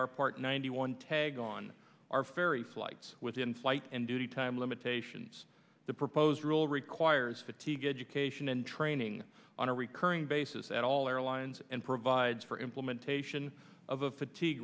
r part ninety one tag on our ferry flights within flight and duty time limitations the proposed rule requires fatigue education and training on a recurring basis at all airlines and provides for implementation of